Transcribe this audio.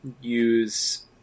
use